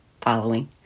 following